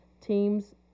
teams